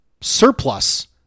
surplus